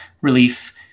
relief